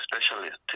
specialist